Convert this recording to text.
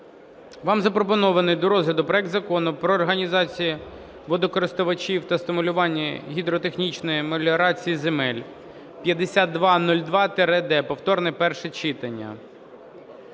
Вам запропонований до розгляду проект Закону про організації водокористувачів та стимулювання гідротехнічної меліорації земель, 5202-д (повторне перше читання).